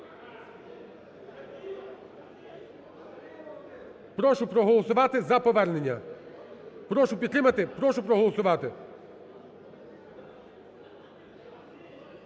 Прошу проголосувати за повернення. Прошу підтримати, прошу проголосувати.